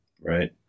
Right